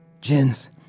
Jins